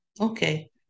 Okay